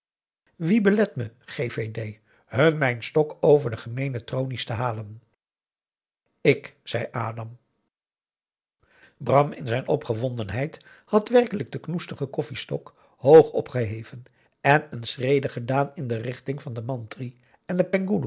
wie belet me gévédé hun mijn stok over de gemeene tronies te halen ik zei adam bram in zijn opgewondenheid had werkelijk den knoestigen koffiestok hoog opgeheven en een schrede gedaan in de richting van den mantri en den